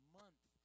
month